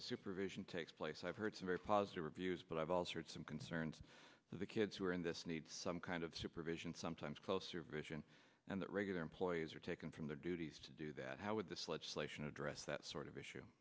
the supervision takes place i've heard some very positive reviews but i've also heard some concerns that the kids who are in this need some kind of supervision sometimes close supervision and that regular employees are taken from their duties to do that how would this legislation address that sort of issue